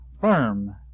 firm